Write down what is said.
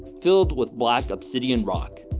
filled with black obsidian rock.